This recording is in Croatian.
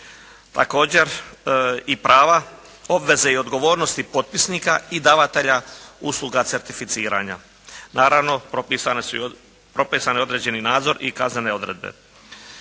Također, i prava, obveze i odgovornosti potpisnika i davatelja usluga certificiranja. Naravno, propisan je i određeni nadzor i kaznene odredbe.